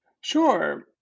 Sure